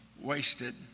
wasted